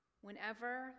whenever